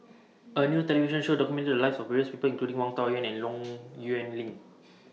A New television Show documented The Lives of various People including Wang Dayuan and Low Yuan Ling